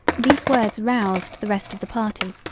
these words roused the rest of the party,